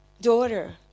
daughter